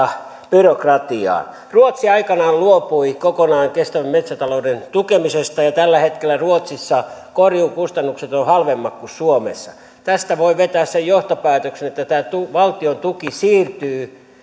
byrokratiaan ruotsi aikanaan luopui kokonaan kestävän metsätalouden tukemisesta ja tällä hetkellä ruotsissa korjuukustannukset ovat halvemmat kuin suomessa tästä voi vetää sen johtopäätöksen että tämä valtion tuki siirtyy